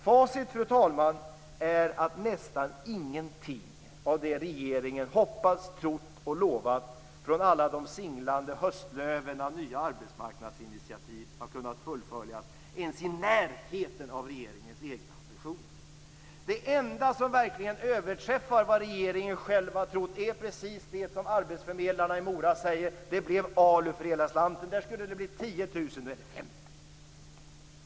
Facit, fru talman, är att nästan ingenting av det regeringen hoppats, trott och lovat utifrån alla de singlande höstlöv av nya arbetsmarknadsinitiativ har kunnat fullföljas ens i närheten av regeringens egna ambitioner. Det enda som verkligen överträffar vad regeringen själv har trott är precis det som arbetsförmedlarna i Mora sade: Det blev ALU för hela slanten! Det skulle bli 10 000 platser, men det blev 50 000.